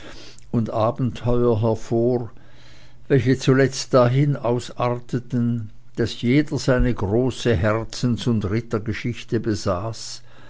und abenteuer hervor welche zuletzt dahin ausarteten daß jeder seine große herzens und rittergeschichte besaß